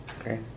Okay